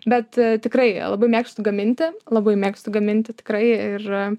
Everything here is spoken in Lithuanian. bet tikrai labai mėgstu gaminti labai mėgstu gaminti tikrai ir